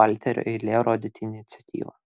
valterio eilė rodyti iniciatyvą